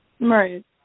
right